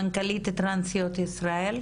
מנכ"לית טרנסיות ישראל.